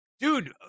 dude